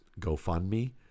GoFundMe